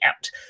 out